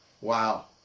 Wow